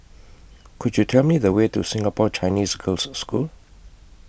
Could YOU Tell Me The Way to Singapore Chinese Girls' School